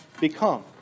become